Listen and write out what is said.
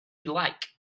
like